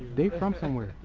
be from somewhere